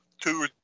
two